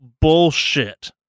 bullshit